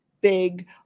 big